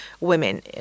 women